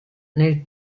nel